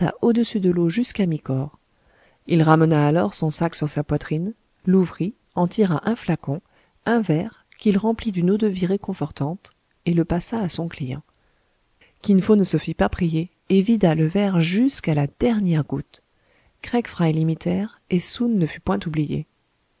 au-dessus de l'eau jusqu'à mi-corps il ramena alors son sac sur sa poitrine l'ouvrit en tira un flacon un verre qu'il remplit d'une eau-de-vie réconfortante et le passa à son client kin fo ne se fit pas prier et vida le verre jusqu'à la dernière goutte craig fry l'imitèrent et soun ne fut point oublié